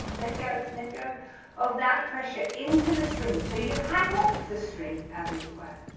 let go, let go of that pressure into the string so you hang off the string as it were.